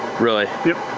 really? yep.